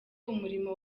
umurimo